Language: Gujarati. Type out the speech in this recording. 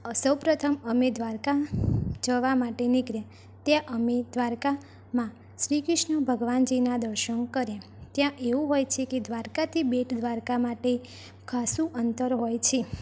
અ સૌ પ્રથમ અમે દ્વારકા જવા માટે નીકળ્યા ત્યાં અમે દ્વારકામાં શ્રી કૃષ્ણ ભગવાનજીના દર્શન કર્યા ત્યાં એવું હોય છે કે દ્વારકાથી બેટ દ્વારકા માટે ખાસું અંતર હોય છે